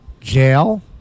Jail